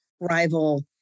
rival